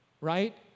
right